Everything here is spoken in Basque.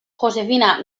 josefina